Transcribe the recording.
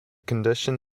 condition